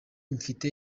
mfite